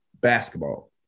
basketball